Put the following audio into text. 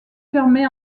fermé